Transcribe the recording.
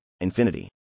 infinity